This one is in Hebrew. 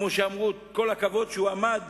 כמו שאמרו: כל הכבוד שהוא עמד